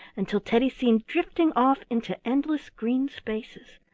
until teddy seemed drifting off into endless green spaces.